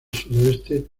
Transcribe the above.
sudoeste